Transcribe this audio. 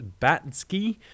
Batsky